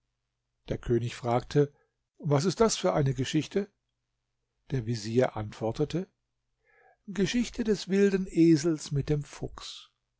der könig fragte was ist das für eine geschichte der vezier antwortete geschichte des wilden esels mit dem fuchs